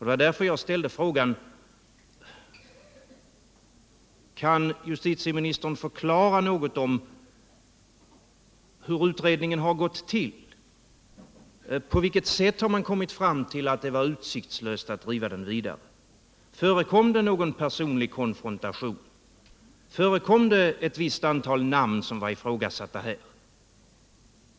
Det var därför jag ställde frågan: Kan justitieministern något förklara hur utredningen har gått till? På vilket sätt har man kommit fram till att det var utsiktslöst att driva den vidare? Förekom det någon personlig konfrontation? Förekom det inte här ett visst antal namn, som var ifrågasatta?